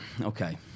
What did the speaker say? okay